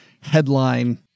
headline